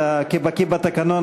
אתה בקי בתקנון,